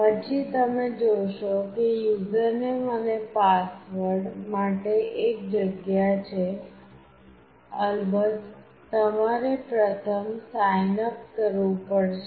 પછી તમે જોશો કે યુઝરનેમ અને પાસવર્ડ માટે એક જગ્યા છે અલબત્ત તમારે પ્રથમ સાઇનઅપ કરવું પડશે